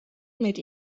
mit